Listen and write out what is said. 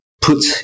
put